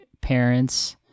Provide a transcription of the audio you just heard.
parents